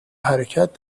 حرکت